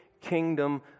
kingdom